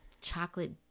chocolate